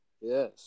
Yes